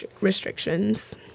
restrictions